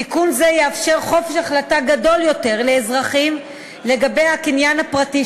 תיקון זה יאפשר חופש החלטה גדול יותר לאזרחים לגבי הקניין הפרטי